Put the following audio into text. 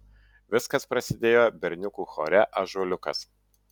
viskas prasidėjo berniukų chore ąžuoliukas